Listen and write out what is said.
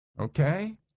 Okay